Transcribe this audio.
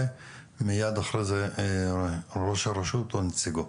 ומיד אחרי זה ראש הרשות או נציגו.